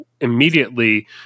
immediately